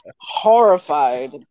horrified